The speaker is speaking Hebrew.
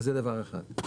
זה דבר אחד.